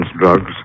drugs